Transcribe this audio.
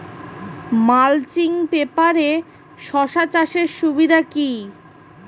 Mulching পেপারে শসা চাষের সুবিধা কি?